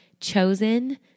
chosen